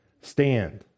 stand